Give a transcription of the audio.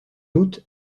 août